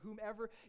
whomever